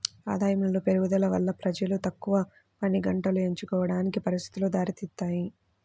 ఆదాయములో పెరుగుదల వల్ల ప్రజలు తక్కువ పనిగంటలు ఎంచుకోవడానికి పరిస్థితులు దారితీస్తాయి